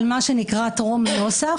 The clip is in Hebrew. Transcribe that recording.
על מה שנקרא "טרום נוסח",